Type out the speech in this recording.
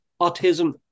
Autism